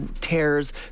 tears